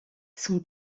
son